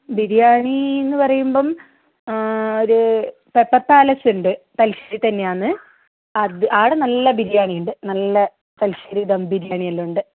ബിരിയാണീ എന്ന് പറയുമ്പം ഒര് പെപ്പർ പാലസ് ഉണ്ട് തലശേരിയിൽ തന്നെ ആണ് അത് അവിടെ നല്ല ബിരിയാണി ഉണ്ട് നല്ല തലശേരി ദം ബിരിയാണി എല്ലാം ഉണ്ട്